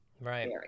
right